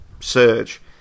surge